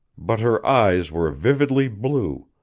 but her eyes were vividly blue,